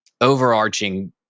overarching